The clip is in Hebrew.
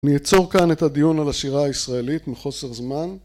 אני אעצור כאן את הדיון על השירה הישראלית מחוסר זמן